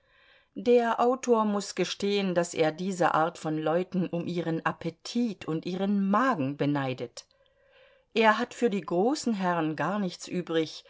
der autor muß gestehen daß er diese art von leuten um ihren appetit und ihren magen beneidet er hat für die großen herren gar nichts übrig